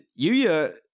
Yuya